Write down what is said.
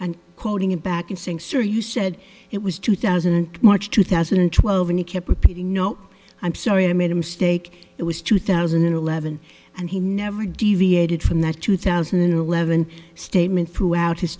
and quoting him back in saying so you said it was two thousand and march two thousand and twelve and he kept repeating no i'm sorry i made a mistake it was two thousand and eleven and he never deviated from that two thousand and eleven statement throughout his